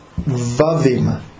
vavim